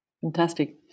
Fantastic